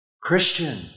Christian